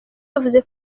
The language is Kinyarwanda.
yavuze